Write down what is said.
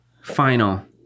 final